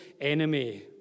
enemy